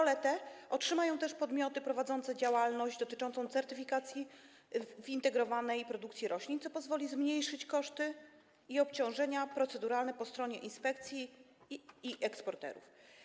Funkcję tę otrzymają też podmioty prowadzące działalność dotyczącą certyfikacji w integrowanej produkcji roślin, co pozwoli zmniejszyć koszty i obciążenia proceduralne po stronie inspekcji i eksporterów.